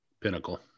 Pinnacle